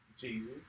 Jesus